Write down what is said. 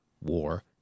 war